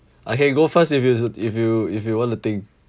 I can go first if you if you if you want to think